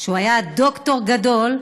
שהיה דוקטור גדול,